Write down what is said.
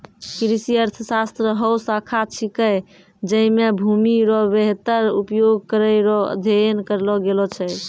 कृषि अर्थशास्त्र हौ शाखा छिकै जैमे भूमि रो वेहतर उपयोग करै रो अध्ययन करलो गेलो छै